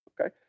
Okay